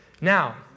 Now